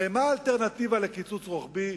הרי מה האלטרנטיבה לקיצוץ רוחבי,